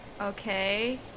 Okay